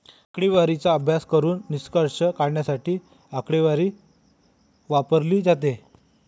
आकडेवारीचा अभ्यास करून निष्कर्ष काढण्यासाठी आकडेवारी वापरली जाते